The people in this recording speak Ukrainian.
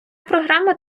програма